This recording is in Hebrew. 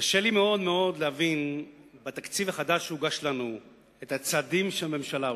קשה לי מאוד מאוד להבין בתקציב החדש שהוגש לנו את הצעדים שהממשלה עושה.